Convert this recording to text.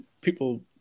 people